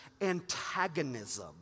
antagonism